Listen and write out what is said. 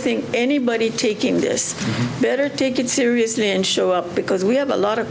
think anybody taking this better take it seriously and show up because we have a lot of